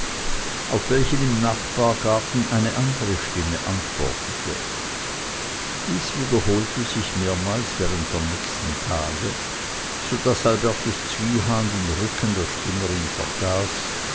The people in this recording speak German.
auf welchen im nachbargarten eine andere stimme antwortete dies wiederholte sich mehrmals während der nächsten tage so daß albertus zwiehan den rücken der spinnerin vergaß